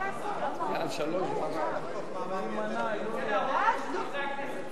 ישראל אייכלר, משה גפני ואורי מקלב לסעיף 2,